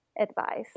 advice